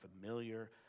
familiar